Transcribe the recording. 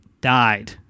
died